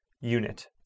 unit